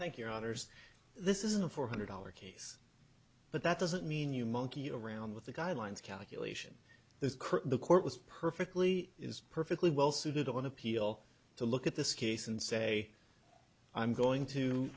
thank your others this isn't a four hundred dollar case but that doesn't mean you monkey around with the guidelines calculation is the court was perfectly is perfectly well suited on appeal to look at this case and say i'm going to